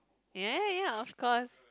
ya ya ya of course